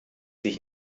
dich